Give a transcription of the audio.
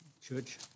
Church